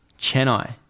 Chennai